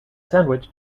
sandwich